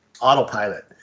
autopilot